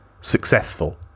successful